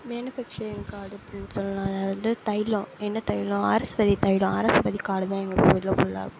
manufacturing காடு அப்டின்னு சொல்லலாம் அது வந்து தைலம் என்ன தைலம் ஆரஸ்பதி தைலம் ஆரஸ்பதி காடு தான் எங்கள் ஊரில் ஃபுல்லாக